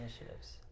initiatives